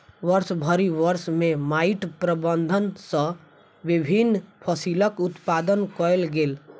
वर्षभरि वर्ष में माइट प्रबंधन सॅ विभिन्न फसिलक उत्पादन कयल गेल